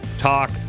Talk